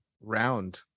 round